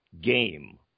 game